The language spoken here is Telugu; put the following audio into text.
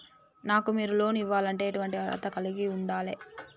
నాకు మీరు లోన్ ఇవ్వాలంటే ఎటువంటి అర్హత కలిగి వుండాలే?